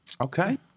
Okay